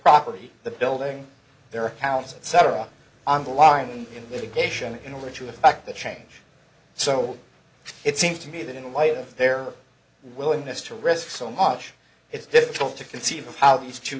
property the building their accounts etc on the line in litigation in order to effect that change so it seems to me that in light of their willingness to risk so much it's difficult to conceive of how these two